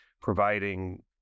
providing